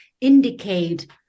indicate